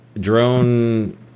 drone